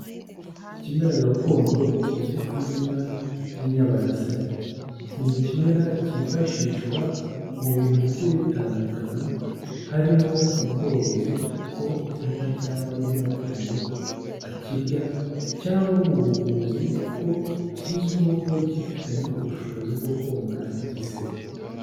Ikimera gakondo kizwi ku izina ry'inyabarasanya. Ni ikimera cyifashishwa mu bintu bigiye bitandukanye, harimo mu bworozi kuko inka cyangwa andi matungo akirya cyangwa mu buvuzi kuko kizwiho kuba cyifitemo ubushobozi bwo komora igisebe.